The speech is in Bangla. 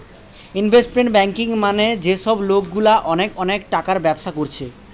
ইনভেস্টমেন্ট ব্যাঙ্কিং মানে যে সব লোকগুলা অনেক অনেক টাকার ব্যবসা কোরছে